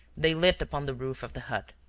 they lit upon the roof of the hut.